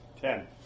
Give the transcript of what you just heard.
Ten